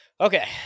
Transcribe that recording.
Okay